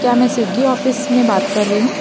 क्या मैं Swiggy office में बात कर रही हूँ